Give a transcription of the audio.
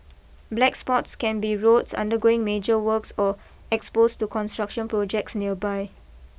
black spots can be roads undergoing major works or exposed to construction projects nearby